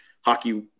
hockey